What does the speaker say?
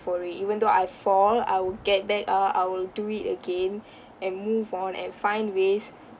for it even though I fall I would get back up I will do it again and move on and find ways